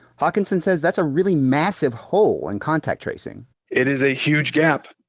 hawkinson says that's a really massive hole in contact tracing it is a huge gap.